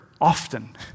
often